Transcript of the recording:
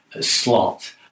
slot